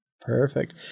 Perfect